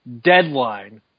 Deadline